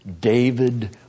David